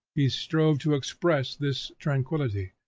he strove to express this tranquillity,